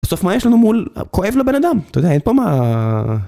בסוף מה יש לנו מול... כואב לבן אדם, אתה יודע, אין פה מה...